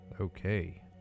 Okay